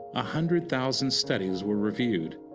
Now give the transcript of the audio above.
a hundred thousand studies were reviewed.